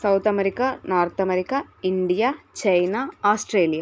South America North America India China Australia